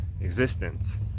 existence